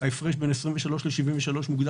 ומרחיבים אותם כל הזמן.